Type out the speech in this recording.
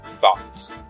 Thoughts